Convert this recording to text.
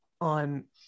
on